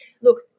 look